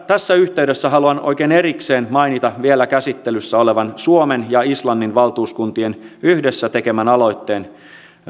tässä yhteydessä haluan oikein erikseen mainita vielä käsittelyssä olevan suomen ja islannin valtuuskuntien yhdessä tekemän aloitteen